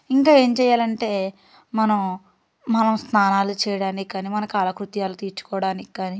ఇంకా ఏం చేయాలంటే మనం మనం స్నానాలు చేయడానికి కానీ మన కాలకృత్యాలు తీర్చుకోవడానికి కానీ